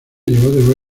llegó